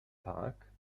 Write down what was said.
tak